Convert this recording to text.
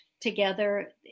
together